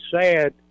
sad